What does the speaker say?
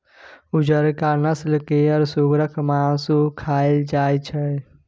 उजरका नस्ल केर सुगरक मासु खाएल जाइत छै